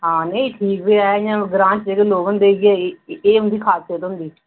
हां नेईं ठीक ऐ ऐ ग्रांऽ च जेह्डे लोक होंदे इयै एह् उंदी ख़ासियत होंदी